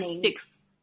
six